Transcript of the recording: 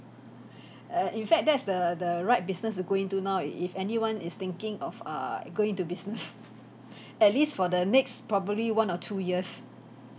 uh in fact that's the the right business to go into now if anyone is thinking of err going into business at least for the next probably one or two years